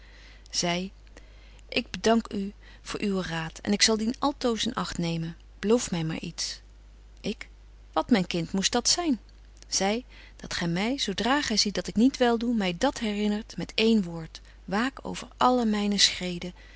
zy ik bedank u voor uwen raad ik zal dien altoos in acht nemen beloof my maar iets ik wat myn kind moest dat zyn zy dat gy my zo dra gy ziet dat ik niet wel doe my dat herinnert met één woord waak over alle myne